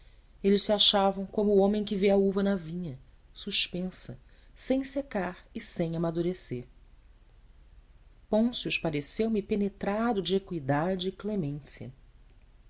eles se achavam como o homem que vê a uva na vinha suspensa sem secar e sem amadurecer pôncio pareceu-me penetrado de eqüidade e